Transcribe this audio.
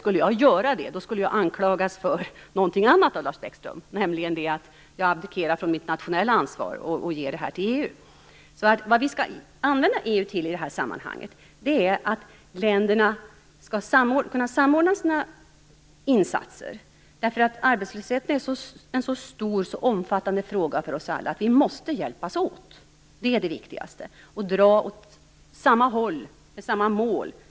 Skulle jag göra det, skulle jag av Lars Bäckström anklagas för någonting annat, nämligen för att abdikera från mitt nationella ansvar och för att överlämna det till Vad vi i det här sammanhanget skall använda EU till är för samordning av de olika ländernas insatser. Arbetslösheten är en så omfattande fråga för oss alla att vi måste hjälpas åt. Det är det viktigaste. Vi måste dra åt samma håll och mot samma mål.